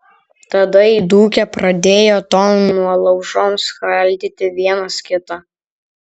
tada įdūkę pradėjo tom nuolaužom skaldyti vienas kitą